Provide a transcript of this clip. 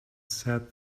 said